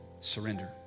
surrender